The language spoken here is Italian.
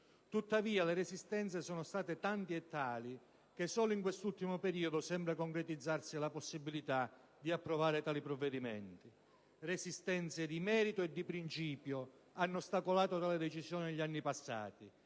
Tuttavia le resistenze sono state tante e tali che solo in questo ultimo periodo sembra concretizzarsi la possibilità di approvare tali provvedimenti. Resistenze di merito e di principio hanno ostacolato tali decisioni negli anni passati.